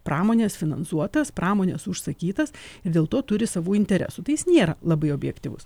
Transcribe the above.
pramonės finansuotas pramonės užsakytas dėl to turi savų interesų tai jis nėra labai objektyvus